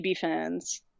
fans